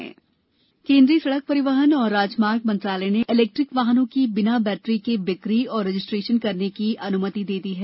electric वाहन केन्द्रीय सड़क परिवहन और राजमार्ग मंत्रालय ने इलेक्ट्रिक वाहनों की बिना बैटरी के बिक्री और रजिस्ट्रेशन करने की अनुमति दे दी है